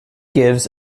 gives